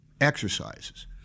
exercises